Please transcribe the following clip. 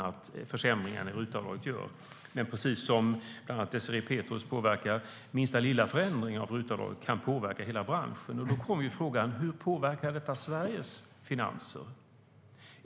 Men precis som Désirée Pethrus sa kan minsta lilla förändring av RUT-avdraget påverka hela branschen. Då kommer frågan: Hur påverkar detta Sveriges finanser?